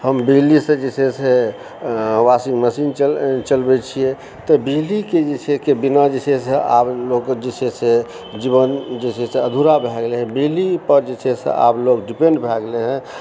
हम बिजलीसँ जे छै से वाशिंगमशीन चलबय छियै तऽ बिजलीके बिना जे छै से आब लोक जे छै से जीवन जे छै से अधूरा भए गेलय हँ बिजली पर जे छै से आब लोग डिपेण्ड भए गेलय हँ